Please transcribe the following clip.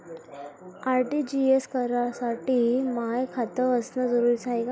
RTGS करासाठी माय खात असनं जरुरीच हाय का?